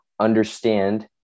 understand